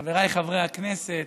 חבריי חברי הכנסת,